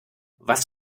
was